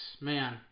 man